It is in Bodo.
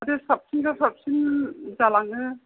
जाहाथे साबसिननिफ्राय साबसिन जालाङो